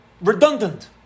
Redundant